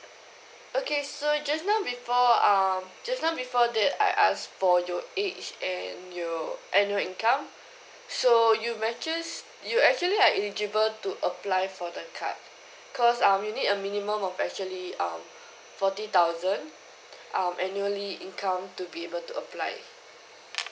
okay so just now before err just now before that I asked for your age and your annual income so you may choose you actually are eligible to apply for the card cause um we need a minimum of actually um forty thousand um annually income to be able to apply